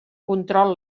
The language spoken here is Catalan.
control